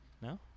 No